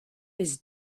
his